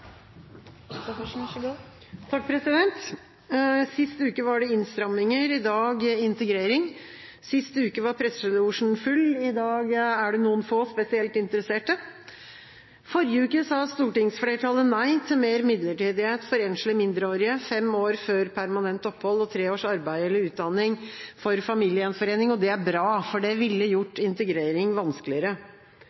det er så veldig dumt, og det virker ikke som de synes det er et særlig stort problem. Sist uke var det innstramminger, i dag integrering. Sist uke var presselosjen full, i dag er det noen få spesielt interesserte. Forrige uke sa stortingsflertallet nei til mer midlertidighet for enslige mindreårige, fem år før permanent opphold og tre års arbeid eller utdanning for familiegjenforening. Det er bra, for det ville